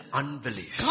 unbelief